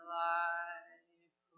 life